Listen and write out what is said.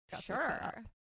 sure